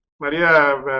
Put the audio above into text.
Maria